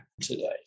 today